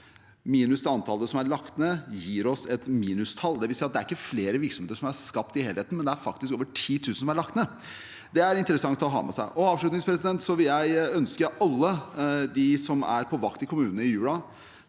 minus det antallet som er lagt ned, gir oss et minustall. Det er ikke flere virksomheter som er skapt i helheten, og det er faktisk over 10 000 som er lagt ned. Det er interessant å ha med seg. Avslutningsvis vil jeg ønske alle dem som er på vakt i kommunene i julen